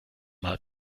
mal